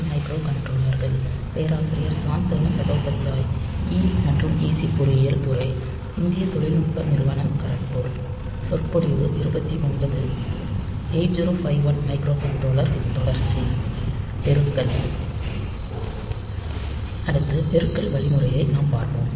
8051 microcontroller தொடர்ச்சி பெருக்கல் அடுத்து பெருக்கல் வழிமுறையை நாம் பார்ப்போம்